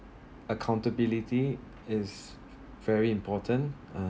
accountability is very important uh